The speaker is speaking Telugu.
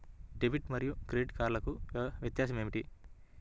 డెబిట్ మరియు క్రెడిట్ కార్డ్లకు వ్యత్యాసమేమిటీ?